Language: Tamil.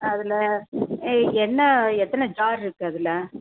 அதில் என்ன எத்தனை ஜார் இருக்கு அதில்